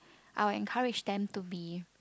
I'll encourage them to be